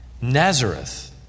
Nazareth